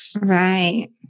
Right